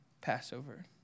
Passover